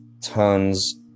tons